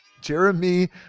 Jeremy